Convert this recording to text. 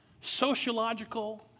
sociological